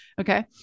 Okay